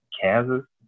Kansas